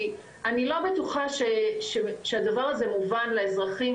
כי אני לא בטוחה שהדבר הזה מובן לאזרחים,